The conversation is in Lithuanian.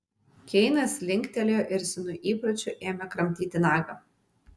keinas linktelėjo ir senu įpročiu ėmė kramtyti nagą